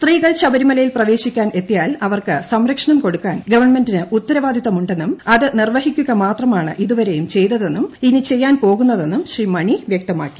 സ്ത്രീകൾ ശബരിമലയിൽ പ്രവേശിക്കാൻ എത്തിയാൽ അവർക്ക് സംരക്ഷണം ക്കൊടുക്കാൻ ഗവൺമെന്റിന് ഉത്തരവാദിത്തമുണ്ടെന്നും അത് ദ് നീർവ്വഹിക്കുക മാത്രമാണ് ഇതുവരെയും ചെയ്തതും ഇന്റ്റി പ്പെയ്യാൻ പോകുന്നതെന്നും ശ്രീ മണി വ്യക്തമാക്കി